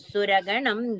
Suraganam